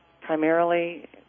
primarily